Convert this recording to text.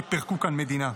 שפירקו כאן מדינה.